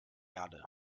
erde